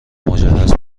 مجهز